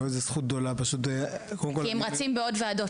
לא איזו זכות גדולה --- כי הם רצים בעוד וועדות,